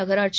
நகராட்சி